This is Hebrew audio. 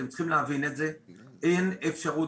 אתם צריכים להבין את זה, אין אפשרות.